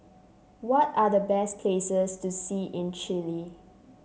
what are the best places to see in Chile